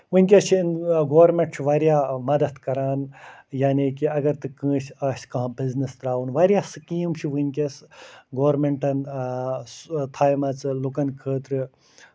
وٕنۍکٮ۪س چھِ گورمٮ۪نٹ چھُ واریاہ مدتھ کران یعنی کہِ اَگر تہٕ کٲنسہِ آسہِ کانٛہہ بِزنِس ترٛاوُن واریاہ سِکیٖم چھِ وٕنۍکٮ۪س گورمٮ۪نٹَن تھاومَژٕ لُکَن خٲطرٕ